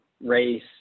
race